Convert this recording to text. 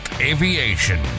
aviation